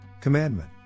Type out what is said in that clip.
Commandment